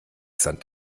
sand